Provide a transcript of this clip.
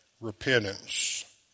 repentance